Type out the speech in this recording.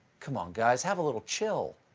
come on, guys. have a little chill.